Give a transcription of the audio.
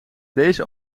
deze